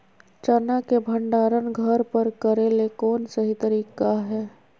चना के भंडारण घर पर करेले कौन सही तरीका है?